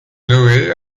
noé